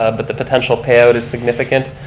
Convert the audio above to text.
ah but the potential payout is significant.